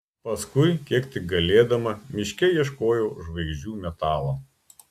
paskui kiek tik galėdama miške ieškojau žvaigždžių metalo